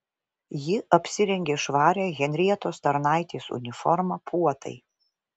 ji apsirengė švarią henrietos tarnaitės uniformą puotai